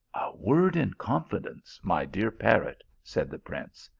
word in confidence, my dear parrot, said the prince.